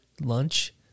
lunch